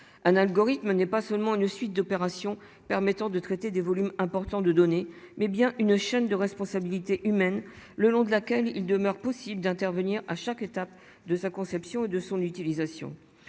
Un algorithme n'est pas seulement une suite d'opération permettant de traiter des volumes importants de données mais bien une chaîne de responsabilités humaines le long de laquelle il demeure possible d'intervenir à chaque étape de sa conception et de son utilisation.